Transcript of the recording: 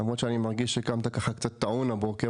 למרות שאני מרגיש שקמת קצת טעון הבוקר,